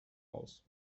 aus